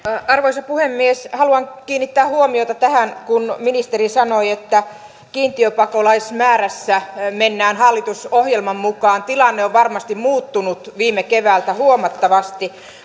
arvoisa puhemies haluan kiinnittää huomiota tähän kun ministeri sanoi että kiintiöpakolaismäärässä mennään hallitusohjelman mukaan tilanne on varmasti muuttunut viime keväältä huomattavasti